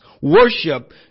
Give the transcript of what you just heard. worship